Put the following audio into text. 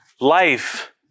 Life